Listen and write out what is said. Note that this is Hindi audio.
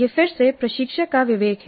यह फिर से प्रशिक्षक का विवेक है